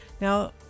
Now